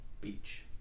Beach